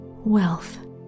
wealth